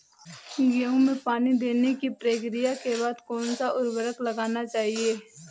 गेहूँ में पानी देने की प्रक्रिया के बाद कौन सा उर्वरक लगाना चाहिए?